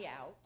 out